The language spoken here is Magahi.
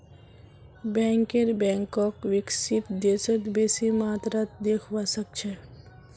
बैंकर बैंकक विकसित देशत बेसी मात्रात देखवा सके छै